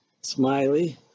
smiley